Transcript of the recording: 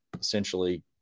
essentially